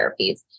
therapies